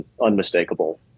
unmistakable